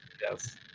Yes